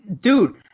dude